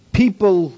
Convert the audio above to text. people